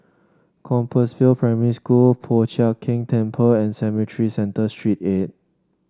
Compassvale Primary School Po Chiak Keng Temple and Cemetry Central Saint Eight